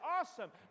awesome